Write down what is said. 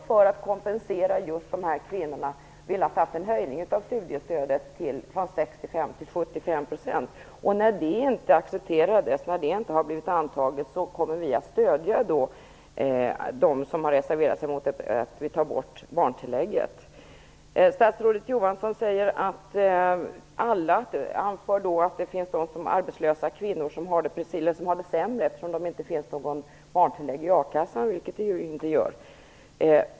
För att kompensera just de här kvinnorna har vi också velat göra en höjning av studiestödet från 65 till 75 %. Eftersom det inte accepterades och antogs, kommer vi att stöda de reservationer som vill ta bort barntillägget. Statsrådet Johansson anför att det finns arbetslösa kvinnor som har det sämre, eftersom det inte finns något barntillägg i a-kassan, vilket det inte gör.